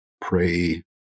pray